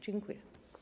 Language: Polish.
Dziękuję.